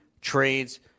trades